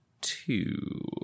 Two